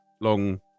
long